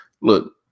look